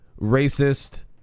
racist